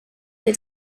des